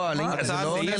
שזה יהיה